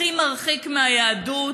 הכי מרחיק מהיהדות.